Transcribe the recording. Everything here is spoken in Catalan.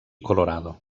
colorado